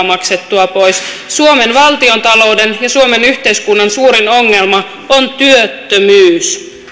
maksettua pois suomen valtiontalouden ja suomen yhteiskunnan suurin ongelma on työttömyys